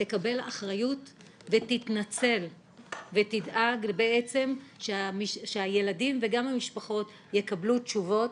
תקבל אחריות ותתנצל ותדאג שהילדים וגם המשפחות יקבלו תשובות,